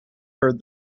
heard